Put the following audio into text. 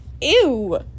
ew